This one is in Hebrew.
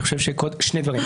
שני דברים.